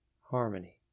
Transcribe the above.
harmony